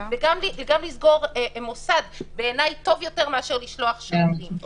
גם לסגור מוסד לדעתי טוב יותר מאשר לשלוח שוטרים.